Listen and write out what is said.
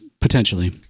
potentially